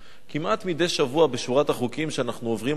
כמעט מדי שבוע, בשורת החוקים שאנחנו עוברים עליהם,